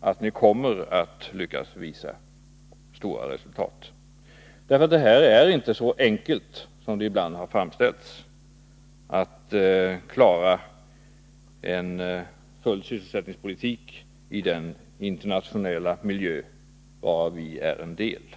att ni kommer att lyckas visa stora resultat. Det är nämligen inte så enkelt, som det ibland har framställts, att klara en full sysselsättningspolitik i den internationella miljö varav vi är en del.